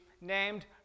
named